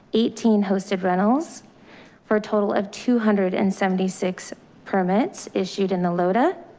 eighteen hosted rentals for a total of two hundred and seventy six permits issued in the loda.